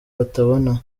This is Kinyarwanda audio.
batabona